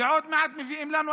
ועוד מעט מביאים לנו,